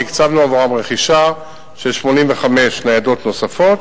תקצבנו עבורם רכישה של 85 ניידות נוספות.